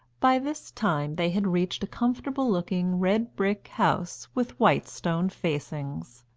by this time they had reached a comfortable-looking, red-brick house with white stone facings,